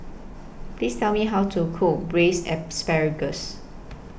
Please Tell Me How to Cook Braised Asparagus